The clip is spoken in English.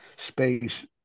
space